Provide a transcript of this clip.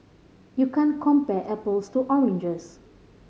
you can't compare apples to oranges